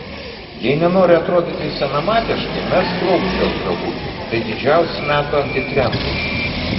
jei nenori atrodyti senamadiškai mesk lauk šiuos drabužius tai didžiausi metų antitrendai